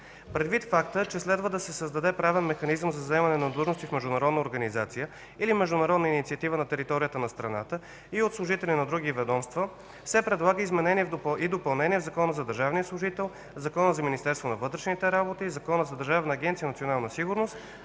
Предвид факта, че следва да се създаде правен механизъм за заемане на длъжности в международна организация или международна инициатива на територията на страната и от служители от други ведомства, се предлага изменение и допълнение в Закона за държавния служител, Закона за Министерството на вътрешните работи и Закона за Държавна агенция „Национална сигурност”,